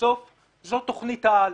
בסוף זאת תוכנית העל.